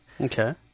Okay